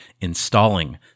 installing